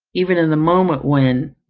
even in the moment when,